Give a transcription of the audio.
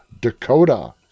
Dakota